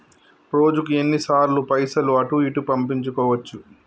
రోజుకు ఎన్ని సార్లు పైసలు అటూ ఇటూ పంపించుకోవచ్చు?